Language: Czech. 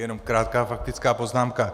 Jenom krátká faktická poznámka.